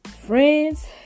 Friends